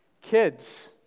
Kids